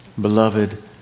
Beloved